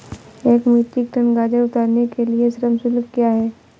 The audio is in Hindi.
एक मीट्रिक टन गाजर उतारने के लिए श्रम शुल्क क्या है?